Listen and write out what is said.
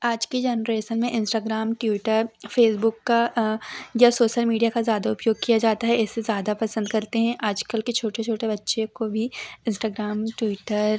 आज की जनरेसन में इंस्टाग्राम ट्विटर फ़ेसबुक का या सोसल मीडिया का ज़्यादा उपयोग किया जाता है इसे ज़्यादा पसंद करते हैं आज कल के छोटे छोटे बच्चे को भी इंस्टाग्राम ट्विटर